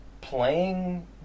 playing